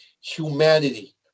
humanity